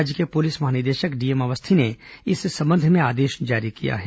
राज्य के पुलिस महानिदेशक डीएम अवस्थी ने इस संबंध में आदेश जारी किया है